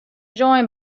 join